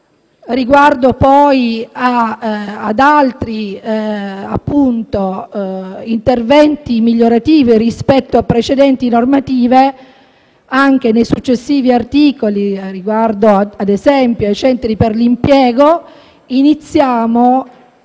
Riguardo poi ad altri interventi migliorativi rispetto a precedenti normative, anche nei successivi articoli, ad esempio con riferimento ai centri per l'impiego, iniziamo